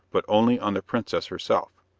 but only on the princess herself.